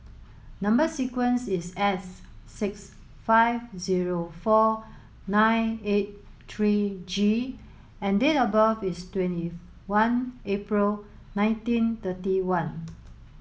number sequence is S six five zero four nine eight three G and date of birth is twenty one April nineteen thirty one